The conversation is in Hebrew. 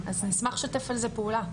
אז נשמח לשתף על זה פעולה.